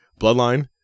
Bloodline